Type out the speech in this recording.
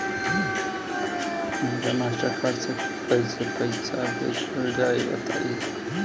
हमरा Mastercard से कइसे पईसा भेजल जाई बताई?